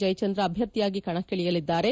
ಜಯಚಂದ್ರ ಅಭ್ಯರ್ಥಿಯಾಗಿ ಕಣಕ್ಕೆ ಇಳಿಯಲಿದ್ದಾರೆ